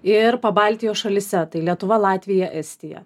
ir pabaltijo šalyse tai lietuva latvija estija